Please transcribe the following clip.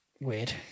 Weird